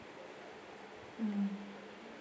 mm